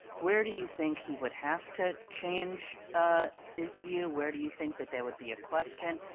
where do you think he would have to change his view, where do you think that there would be a question,